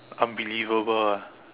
unbelievable ah